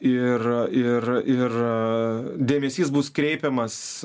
ir ir dėmesys bus kreipiamas